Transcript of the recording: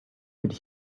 could